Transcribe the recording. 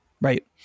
right